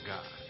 God